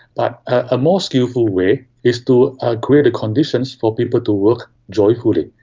but a more skilful way is to ah create conditions for people to work joyfully,